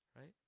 Right